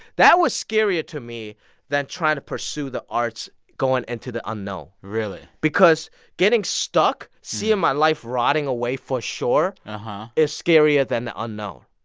that was scarier to me than trying to pursue the arts going into the unknown really? because getting stuck seeing my life rotting away for sure and is scarier than the unknown.